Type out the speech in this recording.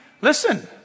listen